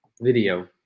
video